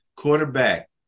Quarterback